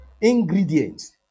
Ingredients